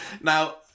Now